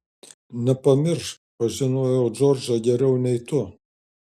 nepamiršk pažinojau džordžą geriau nei tu